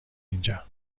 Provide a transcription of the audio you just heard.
اینجا